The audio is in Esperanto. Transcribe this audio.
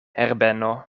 herbeno